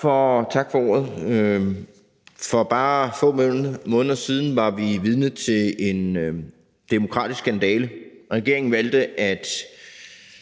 Tak for ordet. For bare få måneder siden var vi vidne til en demokratisk skandale. Regeringen valgte at